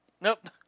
Nope